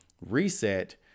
reset